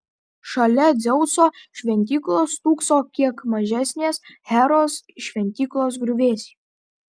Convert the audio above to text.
šalia dzeuso šventyklos stūkso kiek mažesnės heros šventyklos griuvėsiai